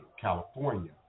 California